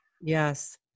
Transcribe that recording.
Yes